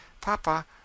Papa